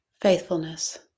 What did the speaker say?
faithfulness